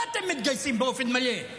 מה אתם מתגייסים באופן מלא,